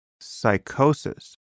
psychosis